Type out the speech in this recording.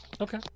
okay